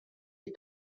est